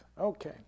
Okay